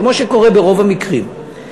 כמו שקורה ברוב המקרים,